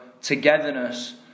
togetherness